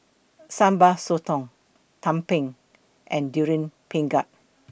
Sambal Sotong Tumpeng and Durian Pengat